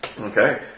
Okay